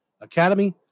academy